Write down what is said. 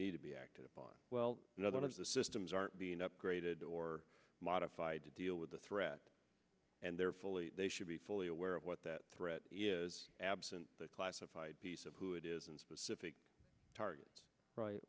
need to be acted upon well none of the systems aren't being upgraded or modified to deal with the threat and they're fully they should be fully aware of what that threat is absent the classified piece of who it is and specific targets